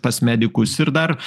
pas medikus ir dar